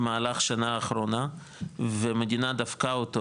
במהלך שנה האחרונה והמדינה דפקה אותו,